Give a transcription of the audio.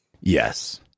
Yes